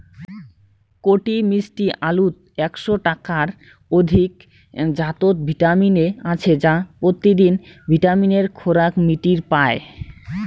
কটি মিষ্টি আলুত একশ টার অধিক জাতত ভিটামিন এ আছে যা পত্যিদিন ভিটামিনের খোরাক মিটির পায়